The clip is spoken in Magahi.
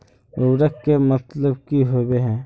उर्वरक के मतलब की होबे है?